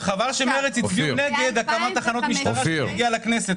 וחבל שמרצ הצביעו נגד הקמת תחנות משטרה כשזה הגיע לכנסת.